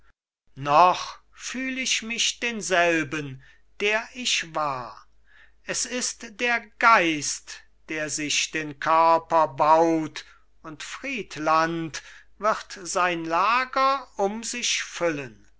noch fühl ich mich denselben der ich war es ist der geist der sich den körper baut und friedland wird sein lager um sich füllen